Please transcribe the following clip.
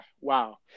wow